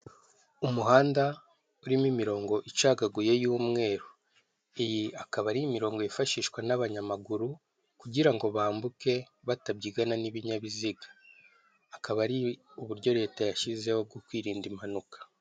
Umuhanda urimo imironko icagaguye y'umweru iyi akaba ari imironko yifashishwa n'abanyamaguru, kugira ngo bambauke batabyigana n'ibinyabiziga, akaba ari uburyo Leta yashyizeho bwo kwirinda impanuka.